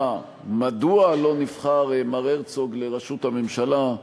מדוע לא נבחר מר הרצוג לראשות הממשלה,